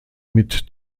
mit